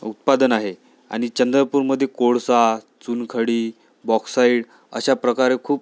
उत्पादन आहे आणि चंद्रपूरमध्ये कोळसा चुनखडी बॉक्साइड अशा प्रकारे खूप